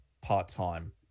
part-time